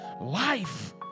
life